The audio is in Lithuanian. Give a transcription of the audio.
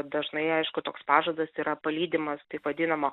dažnai aišku toks pažadas yra palydimas taip vadinamo